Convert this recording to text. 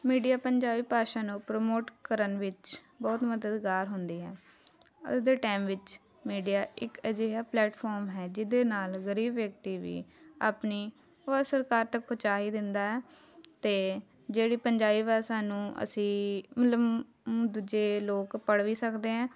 media Punjabi ਭਾਸ਼ਾ ਨੂੰ promote ਕਰਨ ਵਿੱਚ ਬਹੁਤ ਮਦਦਗਾਰ ਹੁੰਦੀ ਹੈ ਅੱਜ ਦੇ ਟਾਈਮ ਵਿੱਚ ਮੀਡੀਆ ਇੱਕ ਅਜਿਹਾ ਪਲੈਟਫੋਮ ਹੈ ਜਿਹਦੇ ਨਾਲ ਗਰੀਬ ਵਿਅਕਤੀ ਵੀ ਆਪਣੀ ਅਵਾਜ਼ ਸਰਕਾਰ ਤੱਕ ਪਹੁੰਚਾ ਹੀ ਦਿੰਦਾ ਅਤੇ ਜਿਹੜੀ ਪੰਜਾਬੀ ਭਾਸਾ ਸਾਨੂੰ ਅਸੀਂ ਮਤਲਬ ਦੂਜੇ ਲੋਕ ਪੜ੍ਹ ਵੀ ਸਕਦੇ ਹੈ